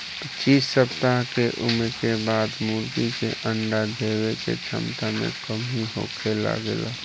पच्चीस सप्ताह के उम्र के बाद मुर्गी के अंडा देवे के क्षमता में कमी होखे लागेला